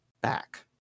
back